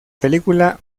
película